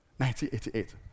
1988